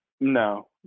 No